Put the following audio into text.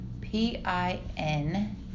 P-I-N